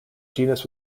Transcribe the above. genus